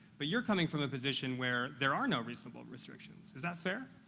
but you're coming from a position where there are no reasonable restrictions. is that fair?